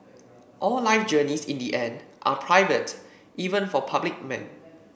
all life journeys in the end are private even for public men